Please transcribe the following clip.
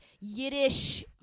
Yiddish